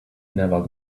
never